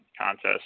contest